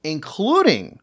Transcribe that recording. Including